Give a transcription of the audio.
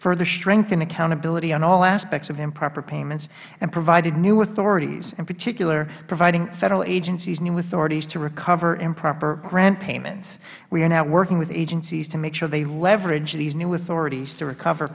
further strengthened accountability on all aspects of improper payments and provided new authorities in particular providing federal agencies new authorities to recover improper grant payments we are now working with agencies to make sure they leverage these new authorities to recover